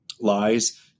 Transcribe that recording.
lies